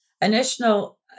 initial